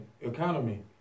Economy